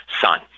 Son